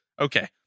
Okay